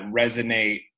resonate